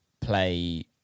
play